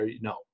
no